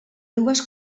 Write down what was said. dues